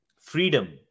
freedom